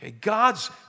God's